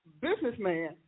businessman